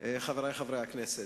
חברי חברי הכנסת,